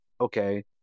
Okay